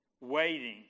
Waiting